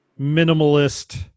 minimalist